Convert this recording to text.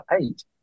eight